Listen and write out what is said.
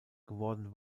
geworden